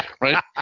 right